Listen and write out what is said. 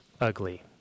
ugly